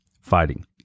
fighting